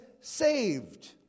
saved